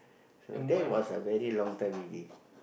sure that was a very long time already